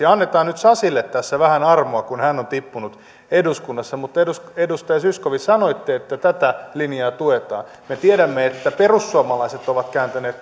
annetaan nyt sasille tässä vähän armoa kun hän on tippunut eduskunnasta mutta edustaja edustaja zyskowicz sanoitte että tätä linjaa tuetaan me tiedämme että perussuomalaiset ovat kääntäneet